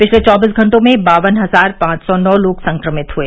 पिछले चौबीस घंटों में बावन हजार पांच सौ नौ लोग संक्रमित हुए